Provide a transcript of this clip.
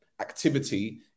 activity